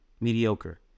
Mediocre